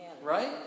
Right